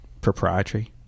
proprietary